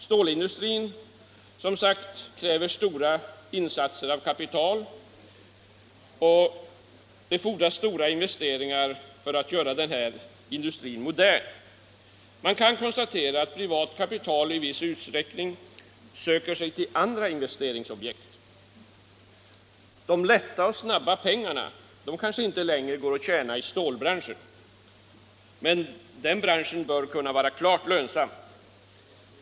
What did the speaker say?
Stålindustrin kräver som sagt stora insatser av kapital, och det fordras stora investeringar för att göra den här industrin modern. Man kan konstatera att privat kapital i viss utsträckning söker sig till andra investeringsobjekt. De lätta, snabba pengarna kanske inte längre går att tjäna i stålbranschen, men den branschen bör kunna vara klart lönsam.